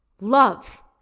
love